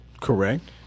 Correct